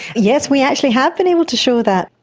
yes, we actually have been able to show that.